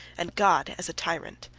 and god as a tyrant.